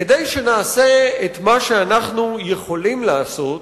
כדי שנעשה את מה שאנחנו יכולים לעשות